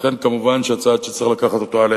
לכן, כמובן, הצעד שצריך לקחת, א.